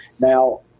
Now